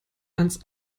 ans